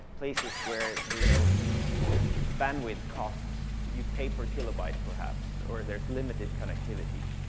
places where the you know the the bandwidth costs you pay per kilobyte, perhaps. or there's limited connectivity.